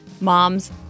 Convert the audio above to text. Moms